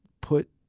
put